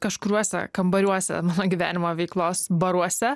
kažkuriuose kambariuose mano gyvenimo veiklos baruose